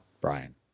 brian